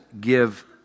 give